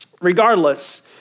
Regardless